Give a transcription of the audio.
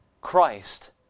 Christ